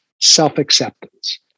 self-acceptance